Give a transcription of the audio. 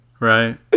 Right